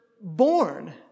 born